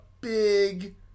big